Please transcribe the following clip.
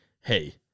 Hey